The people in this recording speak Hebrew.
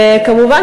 כמובן,